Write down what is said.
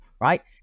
right